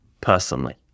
personally